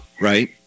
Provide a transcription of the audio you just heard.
Right